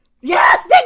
Yes